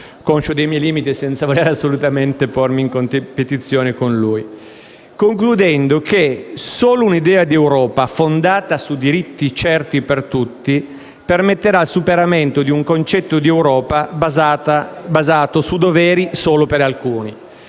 conscio dei miei limiti e senza voler assolutamente pormi in competizione con lui, concludendo che solo un'idea di Europa fondata su diritti certi per tutti permetterà il superamento di un concetto di Europa basato su doveri solo per alcuni,